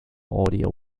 audio